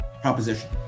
proposition